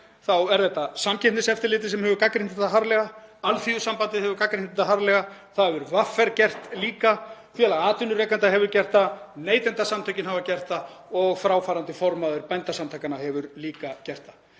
þá er þetta Samkeppniseftirlitið sem hefur gagnrýnt þetta harðlega. Alþýðusambandið hefur gagnrýnt þetta harðlega. Það hefur VR gert líka. Félag atvinnurekenda hefur gert það. Neytendasamtökin hafa gert það og fráfarandi formaður Bændasamtakanna hefur líka gert það.